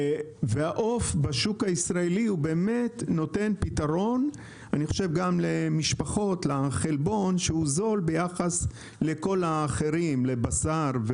בשוק הישראלי נותן פתרון גם לחלבון שהוא זול ביחס לבשר.